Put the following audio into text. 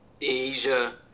Asia